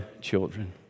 children